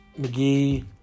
McGee